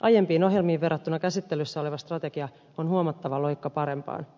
aiempiin ohjelmiin verrattuna käsittelyssä oleva strategia on huomattava loikka parempaan